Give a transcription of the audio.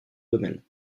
domaine